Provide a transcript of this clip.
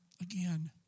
again